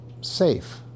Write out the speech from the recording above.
safe